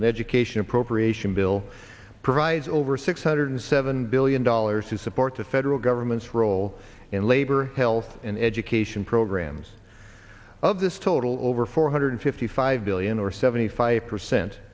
and education appropriation bill provides over six hundred seven billion dollars to support the federal government's role in labor health and education programs of this total over four hundred fifty five billion or seventy five percent